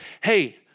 Hey